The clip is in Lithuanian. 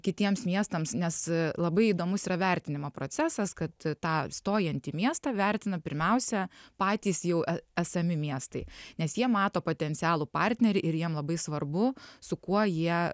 kitiems miestams nes labai įdomus yra vertinimo procesas kad tą stojant į miestą vertina pirmiausia patys jau esami miestai nes jie mato potencialų partnerį ir jiem labai svarbu su kuo jie